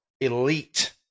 Elite